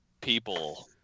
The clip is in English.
people